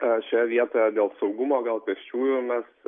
aš šioje vietoje dėl saugumo gal pėsčiųjų mes